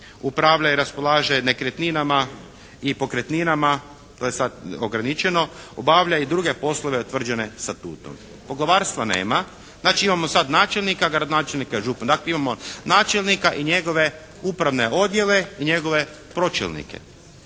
upravlja i raspolaže nekretninama i pokretninama. To je sad ograničeno. Obavlja i druge poslove utvrđene statutom. Poglavarstva nema. Znači imamo sad načelnika, gradonačelnika i župana. Dakle imamo načelnika i njegove upravne odjele i njegove pročelnike.